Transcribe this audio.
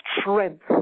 strength